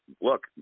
look